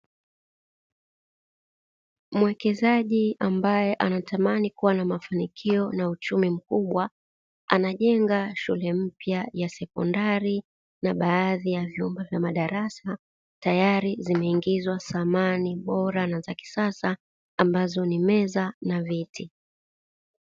Mwekezaji ambae anatamani kuwa na mafanikio na uchumi mkubwa, anajenga shule mpya ya sekondari na baadhi ya vyumba vya madarasa teyari zimeingizwa samani bora na za kisasa, ambazo ni meza na ziti.